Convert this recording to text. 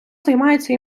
займається